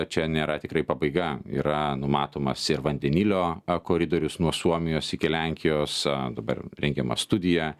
čia nėra tikrai pabaiga yra numatomas ir vandenilio koridorius nuo suomijos iki lenkijos dabar rengiama studija